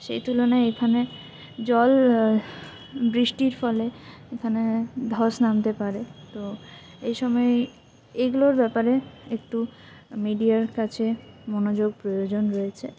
সেই তুলনায় এখানে জল বৃষ্টির ফলে এখানে ধস নামতে পারে তো এসময় এইগুলোর ব্যাপারে একটু মিডিয়ার কাছে মনোযোগ প্রয়োজন রয়েছে